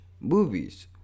movies